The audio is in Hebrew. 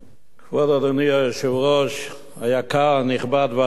כבוד אדוני היושב-ראש היקר, הנכבד והחביב,